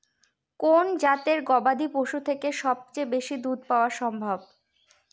কোন জাতের গবাদী পশু থেকে সবচেয়ে বেশি দুধ পাওয়া সম্ভব?